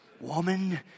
woman